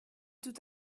tout